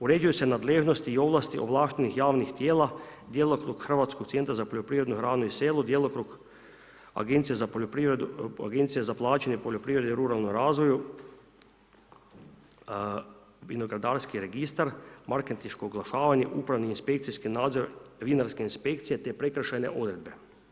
Uređuju se nadležnosti i ovlasti ovlaštenih javnih tijela, djelokrug hrvatskog centra za poljoprivrednu hranu i selo, djelokrug agencija za plaćanje poljoprivrede ruralnom razvoju, vinogradarski registar, marketinško oglašavanje, upravni i inspekcijski nadzor vinarske inspekcije te prekršajne odredbe.